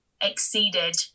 exceeded